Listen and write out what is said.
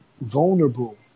vulnerable